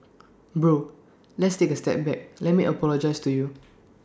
bro let's take A step back let me apologise to you